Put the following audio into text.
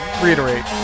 reiterate